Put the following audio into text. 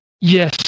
Yes